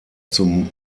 zum